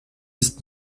ist